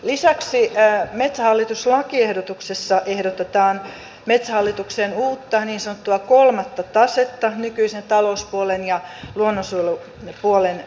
lisäksi metsähallitus lakiehdotuksessa ehdotetaan metsähallitukseen nykyisen talouspuolen ja luonnonsuojelupuolen lisäksi uutta niin sanottua kolmatta tasetta nykyisen talouspuolen ja luonnonsuojelu puolen